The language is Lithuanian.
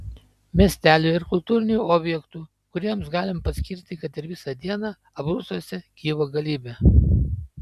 miestelių ir kultūrinių objektų kuriems galima paskirti kad ir visą dieną abrucuose gyva galybė